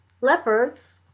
leopards